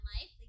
life